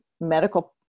medical